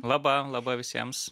laba laba visiems